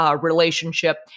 relationship